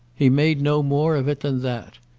he made no more of it than that,